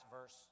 verse